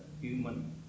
human